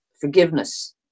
forgiveness